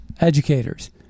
educators